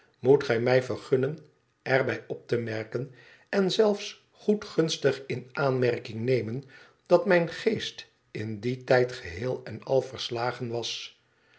moet gij mij vergunnen er bij op te merken en zelfs goedgunstig in aanmerking nemen dat mijn geest in dien tijd geheel en al verslagen was